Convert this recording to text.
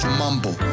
mumble